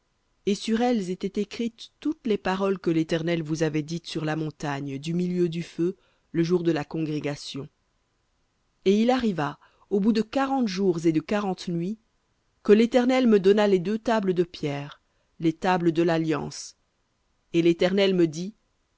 et sur elles étaient écrites toutes les paroles que l'éternel vous avait dites sur la montagne du milieu du feu le jour de la congrégation et il arriva au bout de quarante jours et de quarante nuits que l'éternel me donna les deux tables de pierre les tables de lalliance et l'éternel me dit